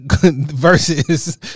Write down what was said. versus